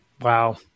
Wow